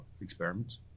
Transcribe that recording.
experiments